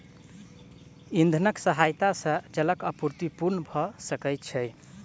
इंधनक सहायता सॅ जलक आपूर्ति पूर्ण भ सकै छै